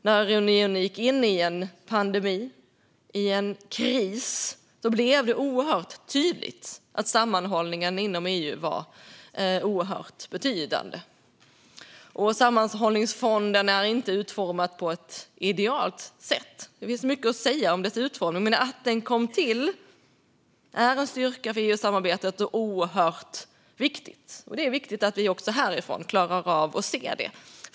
När unionen gick in i en pandemi, i en kris, blev det oerhört tydligt att sammanhållningen inom EU var oerhört betydande. Sammanhållningsfonden är inte utformad på ett idealt sätt. Det finns mycket att säga om dess utformning. Men att den kom till är en styrka för EU-samarbetet och oerhört viktigt. Det är viktigt att vi också härifrån klarar av att se det.